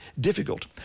difficult